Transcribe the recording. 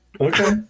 Okay